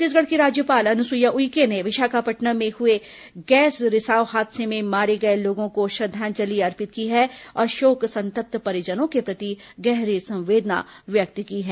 छत्तीसगढ़ की राज्यपाल अनुसुईया उइके ने विशाखापट्नम में हुए गैस रिसाव हादसे में मारे गए लोगों को श्रद्वांजलि अर्पित की है और शोक संतप्त परिजनों के प्रति गहरी संवेदना व्यक्त की है